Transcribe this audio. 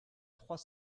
trois